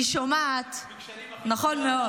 נכון מאוד.